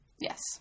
Yes